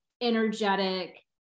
energetic